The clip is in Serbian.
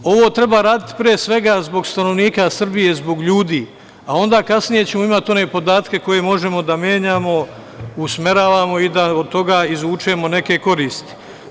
Ovo treba raditi, pre svega, zbog stanovnika Srbije, zbog ljudi, a onda kasnije ćemo imati one podatke koje možemo da menjamo, usmeravamo i da od toga izvučemo neke koristi.